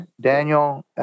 Daniel